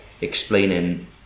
explaining